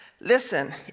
Listen